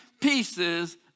pieces